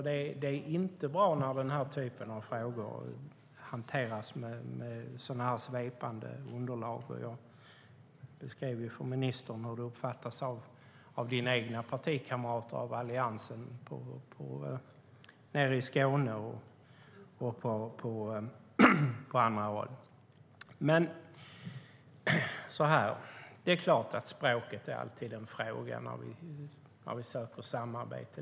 Det är inte bra när den här typen av frågor hanteras med så svepande underlag. Jag beskrev för ministern hur det uppfattas av hennes egna partikamrater och av Alliansen nere i Skåne och på andra håll. Det är klart att språket alltid är en fråga när vi söker samarbete.